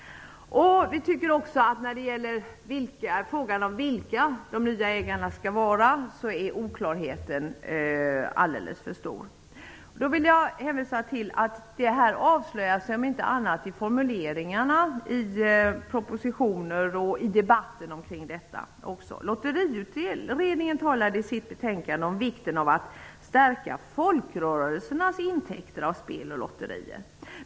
Vi tycker också att oklarheten om vilka de nya ägarna skall vara är alldeles för stor. Det avslöjar sig om inte annat så i formuleringarna i propositionen och i debatter om frågan. Lotteriutredningen talade i sitt betänkande om vikten av att öka folkrörelsernas intäkter från spel och lotterier.